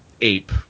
ape